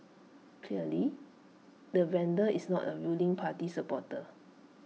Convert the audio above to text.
clearly the vandal is not A ruling party supporter